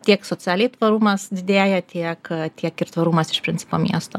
tiek socialiai tvarumas didėja tiek tiek ir tvarumas iš principo miesto